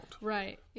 right